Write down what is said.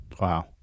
Wow